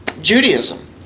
Judaism